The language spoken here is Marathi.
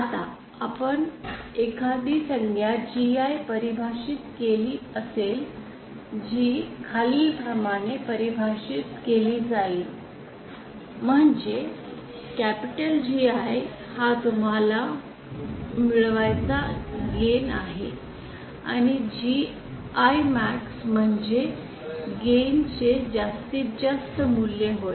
आता आपण एखादी संज्ञा Gi परिभाषित केली असेल जी खालीलप्रमाणे परिभाषित केली जाईल म्हणे कॅपिटल GI हा तुम्हाला मिळवायचा गेन आहे आणि GImax म्हणजे गेन चे जास्तीत जास्त मूल्य होय